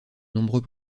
nombreux